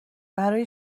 برای